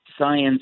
science